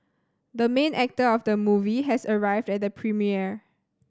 the main actor of the movie has arrived at the premiere